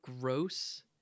gross